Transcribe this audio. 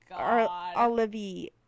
Olivia